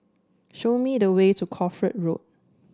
show me the way to Crawford Road